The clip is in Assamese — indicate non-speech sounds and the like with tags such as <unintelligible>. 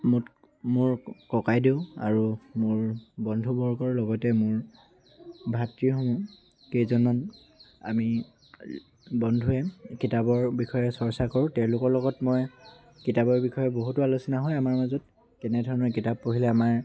<unintelligible> মোৰ ককাইদেউ আৰু মোৰ বন্ধুবৰ্গৰ লগতে মোৰ ভাতৃসমূহ কেইজনত আমি বন্ধুৱে কিতাপৰ বিষয়ে চৰ্চা কৰোঁ তেওঁলোকৰ লগত মই কিতাপৰ বিষয়ে বহুতো আলোচনা হয় আমাৰ মাজত কেনেধৰণৰ কিতাপ পঢ়িলে আমাৰ